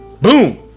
Boom